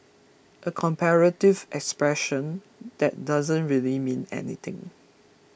a comparative expression that doesn't really mean anything